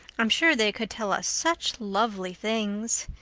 i'm sure they could tell us such lovely things.